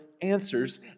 answers